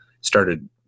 started